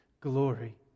glory